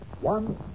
One